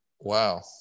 Wow